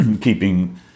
keeping